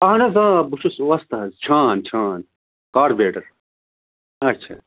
اہن حظ اۭں بہٕ چھُس حظ وۄستہٕ حظ چھان چھان کاربیٹر اچھا